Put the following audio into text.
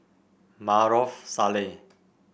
Maarof Salleh